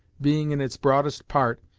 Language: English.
being in its broadest part,